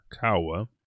Kawa